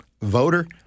voter